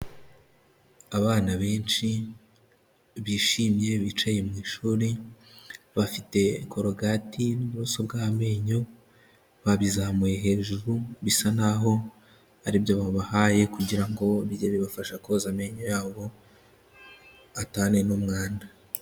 Abana benshi, bishimye, bicaye mu ishuri, bafite korogati n'ubuso bw'amenyo, babizamuye hejuru, bisa nkaho ari ibyo babahaye kugira ngo bijye bibafasha koza amenyo yabo, atane n'umwanda.